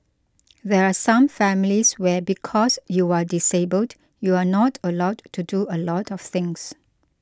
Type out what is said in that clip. there are some families where because you are disabled you are not allowed to do a lot of things